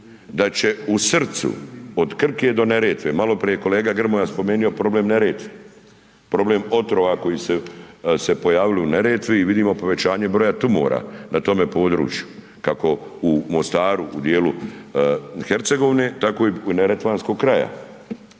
da će u srcu od Krke do Neretve, maloprije je kolega Grmoja spomenio problem Neretve, problem otrova koji su se pojavili u Neretvi i vidimo povećanje broja tumora na tome području, kako u Mostaru u dijelu Hercegovine, tako i neretvanskog kraja.